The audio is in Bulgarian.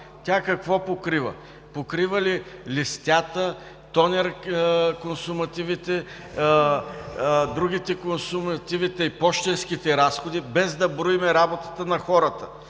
Какво покрива? Покрива ли листите, тонер, консумативите, другите консумативи и пощенските разходи, без да броим работата на хората